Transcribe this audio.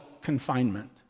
confinement